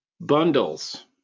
Bundles